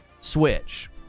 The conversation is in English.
Switch